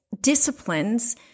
disciplines